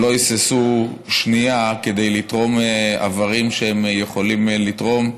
שלא היססו שנייה כדי לתרום איברים שהם יכולים לתרום,